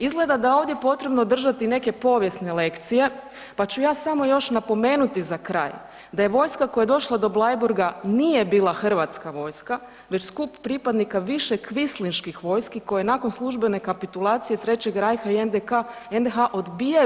Izgleda da je ovdje potrebno držati neke povijesne lekcije, pa ću ja samo još napomenuti za kraj, da je vojska koja je došla do Bleiburga nije bila hrvatska vojska već skup pripadnika više kvislinških vojski koje nakon službene kapitulacije 3. Reicha i NDK, NDH, odbijaju spustiti oružje i nastavljaju proboje, borbe probijanja do Austrije pri kojima pogibaju pripadnici antifašističke [[Upadica: Hvala lijepa.]] vojske i civila.